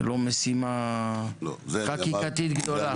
זה לא משימה חקיקתית גדולה.